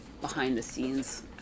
behind-the-scenes